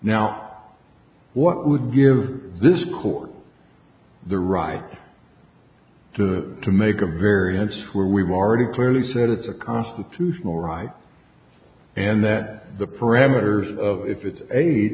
now what would give this court the right to to make a variance where we've already clearly said it's a constitutional right and that the parameters of if it's